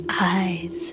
eyes